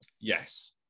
yes